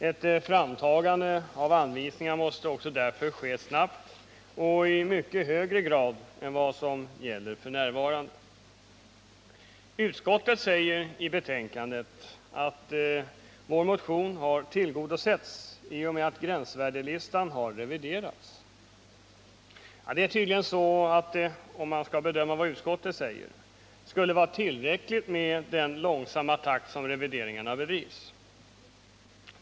Ett framtagande av anvisningar måste därför ske snabbt och i mycket högre grad än vad som gäller f. n. Utskottet säger i betänkandet att vår motion har tillgodosetts i och med att gränsvärdeslistan har reviderats. Det är tydligen så att det — om man skall bedöma vad utskottet säger — skulle vara tillräckligt med den långsamma takt som revideringarna bedrivs med.